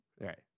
Right